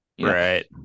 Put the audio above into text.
right